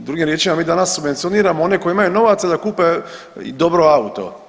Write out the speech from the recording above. Drugim riječima, mi danas subvencioniramo one koji imaju novaca da kupe dobro auto.